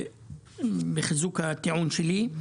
לחיזוק הטיעון שלי.